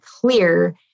clear